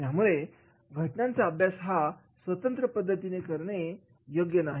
त्यामुळे घटनांचा अभ्यास हा स्वतंत्र पद्धतीने करणे योग्य नाही